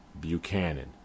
Buchanan